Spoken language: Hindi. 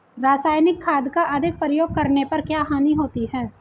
रासायनिक खाद का अधिक प्रयोग करने पर क्या हानि होती है?